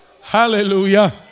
Hallelujah